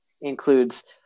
includes